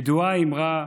ידועה האמרה,